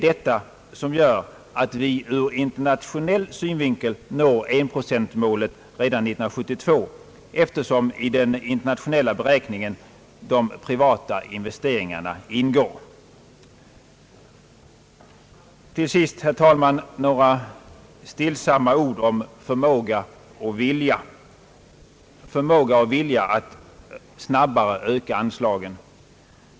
Detta gör att vi ur internationell synvinkel når enprocentmålet redan 1972, eftersom de privata investeringarna ingår i den internationella beräkningen. Till sist, herr talman, några stillsamma ord om förmåga och vilja att snabbare öka anslagen.